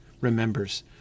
remembers